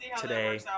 today